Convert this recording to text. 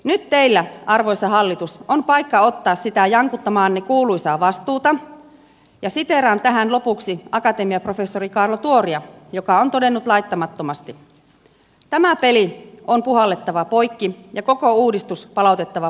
nyt teillä arvoisa hallitus on paikka ottaa sitä jankuttamaanne kuuluisaa vastuuta ja siteeraan tähän lopuksi akatemiaprofessori kaarlo tuoria joka on todennut laittamattomasti että tämä peli on puhallettava poikki ja koko uudistus on palautettava parlamentaariseen valmisteluun